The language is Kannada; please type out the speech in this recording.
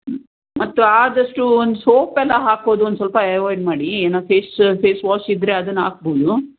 ಮತ್ತು ಆದಷ್ಟು ಒಂದು ಸೋಪೆಲ್ಲ ಹಾಕೋದು ಒಂದು ಸ್ವಲ್ಪ ಎವಾಯ್ಡ್ ಮಾಡಿ ಏನು ಫೇಶಿಯ ಫೇಸ್ವಾಶ್ ಇದ್ದರೆ ಅದನ್ನು ಹಾಕಬಹುದು